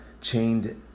chained